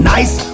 Nice